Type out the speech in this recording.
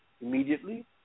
Immediately